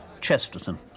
Chesterton